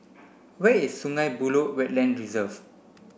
where is Sungei Buloh Wetland Reserve